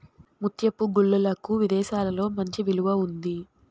ముత్యపు గుల్లలకు విదేశాలలో మంచి విలువ ఉంది